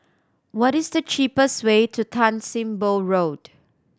what is the cheapest way to Tan Sim Boh Road